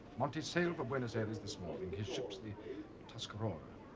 monty sailed for buenos aires this morning. his ships the tuscarora.